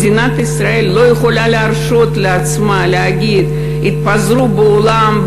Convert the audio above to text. מדינת ישראל לא יכולה להרשות לעצמה להגיד: התפזרו בעולם,